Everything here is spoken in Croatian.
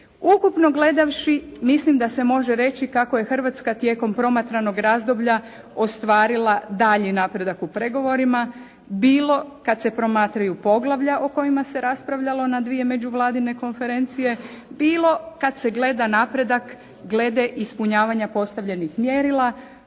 Ukupno gledavši, mislim da se može reći kako je Hrvatska tijekom promatranog razdoblja ostvarila dalji napredak u pregovorima bilo kad se promatraju poglavlja o kojima se raspravljalo na dvije međuvladine konferencije, bilo kad se gleda napredak glede ispunjavanja postavljenih mjerila